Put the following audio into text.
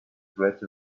threat